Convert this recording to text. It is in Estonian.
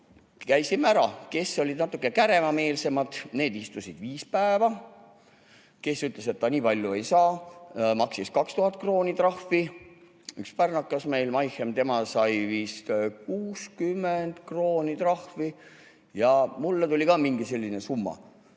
käisime ära. Kes olid natuke käremeelsemad, need istusid viis päeva, kes ütles, et ta nii palju ei saa, maksis 2000 krooni trahvi. Üks pärnakas sai vist 60 krooni trahvi ja mulle tuli ka mingi selline summa.